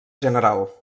general